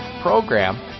program